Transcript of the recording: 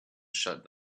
shut